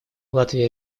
латвия